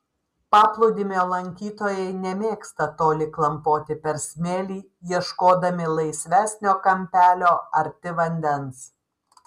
paplūdimio lankytojai nemėgsta toli klampoti per smėlį ieškodami laisvesnio kampelio arti vandens